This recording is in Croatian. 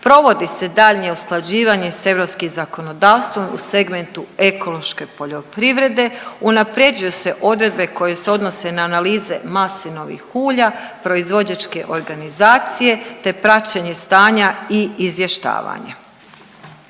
provodi se daljnje usklađivanje s europskim zakonodavstvom u segmentu ekološke poljoprivrede, unaprjeđuju se odredbe koje se odnose na analize maslinovih ulja, proizvođačke organizacije, te praćenje stanja i izvještavanja.